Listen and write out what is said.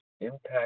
impact